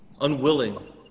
unwilling